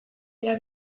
dira